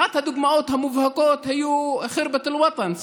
אחת הדוגמאות המובהקות היה ח'רבת אל-וטן,